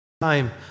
time